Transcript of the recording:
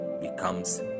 becomes